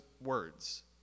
words